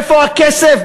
איפה הכסף?